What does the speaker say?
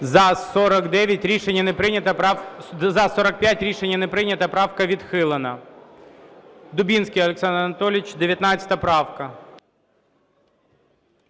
За-45 Рішення не прийнято. Правка відхилена. Дубінський Олександр Анатолійович, 19 правка.